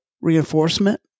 reinforcement